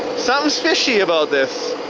something's fishy about this.